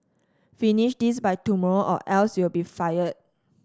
finish this by tomorrow or else you'll be fired